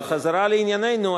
אבל חזרה לענייננו,